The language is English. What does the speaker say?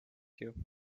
you